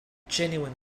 genuine